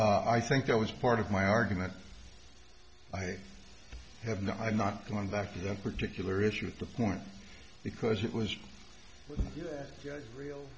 that i think that was part of my argument i have no i'm not going back to that particular issue at the point because it was real